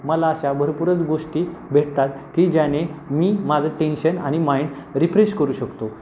मला अशा भरपूरच गोष्टी भेटतात की ज्याने मी माझं टेन्शन आणि माइंड रिफ्रेश करू शकतो